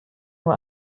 nur